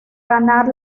ganar